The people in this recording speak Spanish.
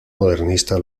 modernista